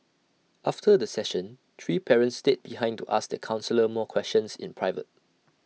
after the session three parents stayed behind to ask the counsellor more questions in private